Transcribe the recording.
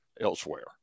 elsewhere